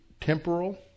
temporal